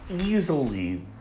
easily